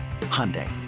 Hyundai